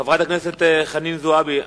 חברת הכנסת חנין זועבי?